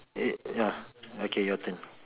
eh ya okay your turn